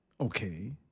okay